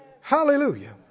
Hallelujah